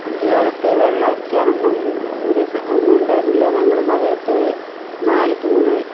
പണ്ട് കാലത്ത് വെള്ളം അരിക്കാൻ ഒന്നും ഒരു ഒന്നും ഉണ്ടായിരുന്നില്ല ഞങ്ങൾ മഴയത്ത് നാല് തൂൺ